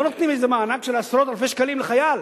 לא נותנים איזה מענק של עשרות אלפי שקלים לחייל.